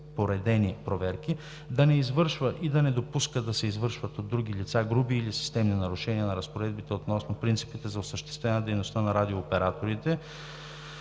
разпоредени проверки, да не извършва и да не допуска да се извършват от други лица груби или системни нарушения на разпоредбите относно принципите за осъществяване на дейността на радио операторите,